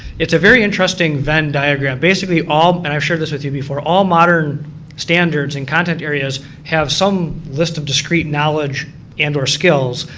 it's a very interesting venn diagram. basically all and i'v shared this with you before, all modern standards and contact areas have some list of discrete knowledge and or skills,